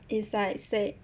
it's like say